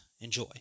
enjoy